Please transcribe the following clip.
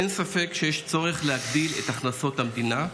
אין ספק שיש צורך להגדיל את הכנסות המדינה,